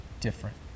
different